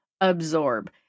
absorb